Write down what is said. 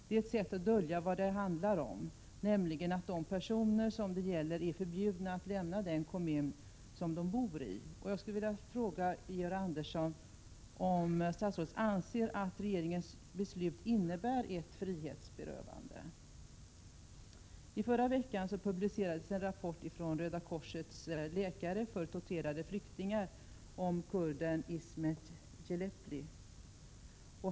Det är ett sätt att dölja vad det handlar om, nämligen att de personer det gäller är förbjudna att lämna den kommun som de bor i. Jag skulle vilja fråga statsrådet Georg Andersson om han anser att regeringens beslut innebär ett frihetsberövande. I förra veckan publicerades en rapport från Röda korsets läkare för torterade flyktingar om kurden Ismet Celepli.